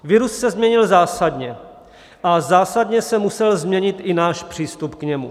Virus se změnil zásadně a zásadně se musel změnit i náš přístup k němu.